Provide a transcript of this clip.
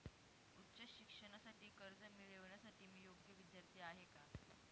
उच्च शिक्षणासाठी कर्ज मिळविण्यासाठी मी योग्य विद्यार्थी आहे का?